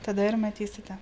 tada ir matysite